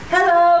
Hello